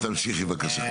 תמשיכי, בבקשה.